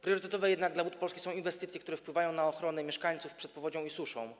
Priorytetowe dla Wód Polskich są jednak inwestycje, które wpływają na ochronę mieszkańców przed powodzią i suszą.